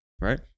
right